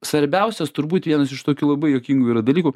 svarbiausias turbūt vienas iš tokių labai juokingų yra dalykų